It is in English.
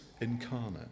incarnate